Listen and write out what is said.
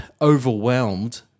overwhelmed